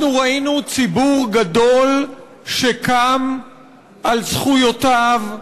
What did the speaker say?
אנחנו ראינו ציבור גדול שקם על זכויותיו,